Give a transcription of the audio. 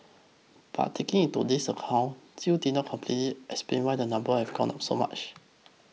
but taking this into account still did not completely explain why number have gone up so much